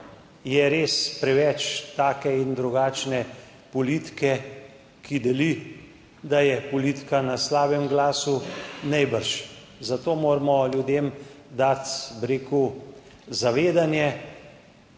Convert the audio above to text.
Je res preveč take in drugačne politike, ki deli, da je politika na slabem glasu? Najbrž. Zato moramo ljudem dati, bi rekel, zavedanje,